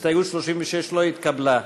הסתייגות 36 לא התקבלה.